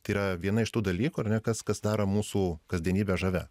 tai yra viena iš tų dalykų ar ne kas kas daro mūsų kasdienybę žavia